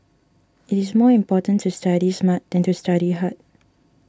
it is more important to study smart than to study hard